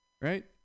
right